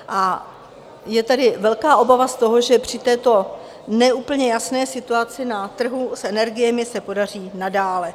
A je tady velká obava z toho, že při této ne úplně jasné situaci na trhu s energiemi se podaří nadále.